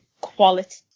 quality